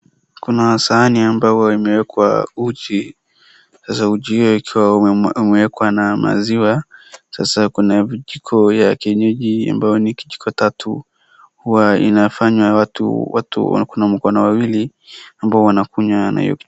Kuna sahani ambao huwa imewekwa uji, sasa uji hiyo ikiwa imewekwa na maziwa sasa kuna vijiko ya kienyeji ambayo ni kijiko tatu huwa inafanya watu, watu wako na mkono wawili ambao wanakunywa na hiyo...